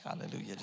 Hallelujah